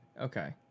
okay